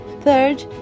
Third